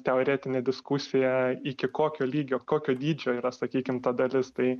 teoretinė diskusija iki kokio lygio kokio dydžio yra sakykim ta dalis tai